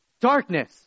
darkness